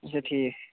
اَچھا ٹھیٖک